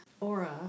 aura